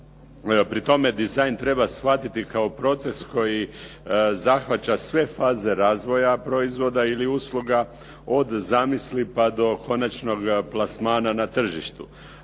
Pri tome dizajn treba shvatiti kao proces koji zahvaća sve faze razvoja proizvoda ili usluga od zamisli pa do konačnog plasmana na tržištu,